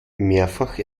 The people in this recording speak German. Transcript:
mehrfach